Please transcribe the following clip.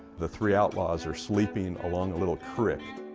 the three outlaws are sleeping along a little creek.